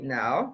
now